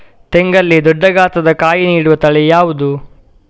ತೆಂಗಲ್ಲಿ ದೊಡ್ಡ ಗಾತ್ರದ ಕಾಯಿ ನೀಡುವ ತಳಿ ಯಾವುದು?